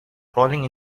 crawling